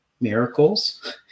miracles